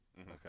Okay